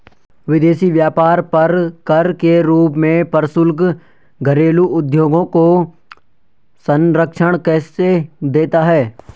विदेशी व्यापार पर कर के रूप में प्रशुल्क घरेलू उद्योगों को संरक्षण कैसे देता है?